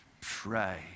pray